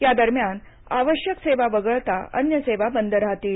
या दरम्यान आवश्यक सेवा वगळता अन्य सेवा बंद राहतील